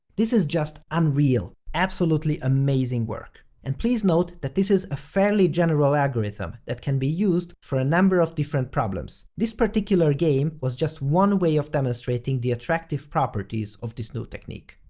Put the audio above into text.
this is just unreal. absolutely amazing work. and please note that this is a fairly general algorithm that can be used for a number of different problems. this particular game was just one way of demonstrating the attractive properties of this new technique.